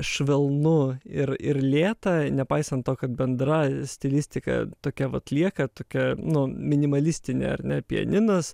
švelnu ir ir lėta nepaisant to kad bendra stilistika tokia vat lieka tokia nu minimalistinė ar ne pianinas